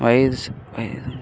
wise why